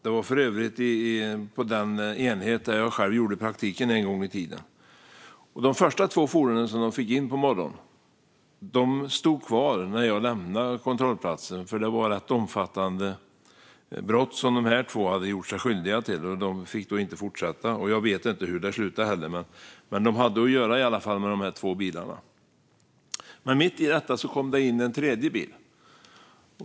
Det var för övrigt på den enhet där jag själv gjorde praktiken en gång i tiden. De första två fordon som de fick in på morgonen stod kvar när jag lämnade kontrollplatsen. Det var rätt omfattande brott som de två hade gjort sig skyldiga till, så de fick inte fortsätta. Jag vet inte hur det slutade, men polisen hade att göra med dessa två bilar. Mitt i detta kom det in en tredje bil.